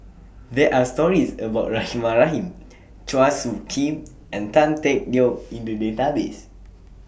There Are stories about Rahimah Rahim Chua Soo Khim and Tan Teck Neo in The Database